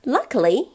Luckily